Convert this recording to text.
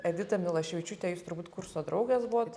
edita milaševičiūtė jūs turbūt kurso draugės buvot